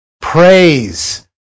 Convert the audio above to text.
praise